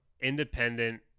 independent